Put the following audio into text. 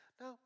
Now